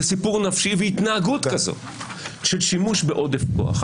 זה סיפור נפשי והתנהגות כזאת של שימוש בעודף כוח.